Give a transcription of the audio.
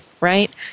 right